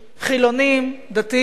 חילונים, דתיים,